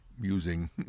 using